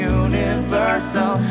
universal